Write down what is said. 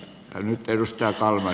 ja nyt edustaja kalmari